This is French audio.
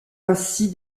ainsi